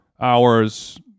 hours